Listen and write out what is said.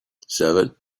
seven